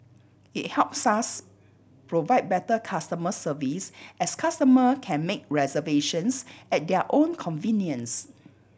it helps us provide better customer service as customer can make reservations at their own convenience